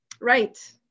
Right